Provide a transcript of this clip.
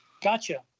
Gotcha